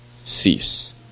cease